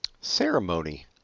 Ceremony